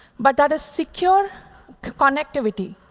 but that is secure connectivity.